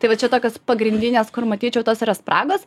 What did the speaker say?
tai va čia tokios pagrindinės kur matyčiau tos yra spragos